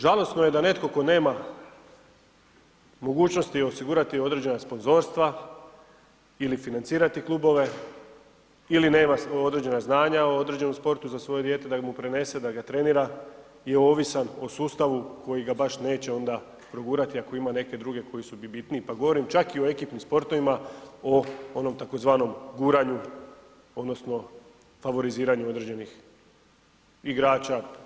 Žalosno je da neko ko nema mogućnosti osigurati određena sponzorstva ili financirati klubove ili nema određena znanja o određenom sportu za svoje dijete da ga prenese, da ga trenira je ovisan o sustavu koji ga baš neće onda progurati ako ima neke druge koji su bitniji pa govorim čak o ekipnim sportovima o onom tzv. guranju odnosno favoriziranju određenih igrača.